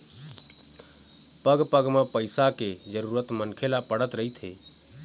पग पग म पइसा के जरुरत मनखे ल पड़त रहिथे